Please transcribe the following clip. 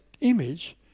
image